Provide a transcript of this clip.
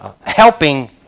helping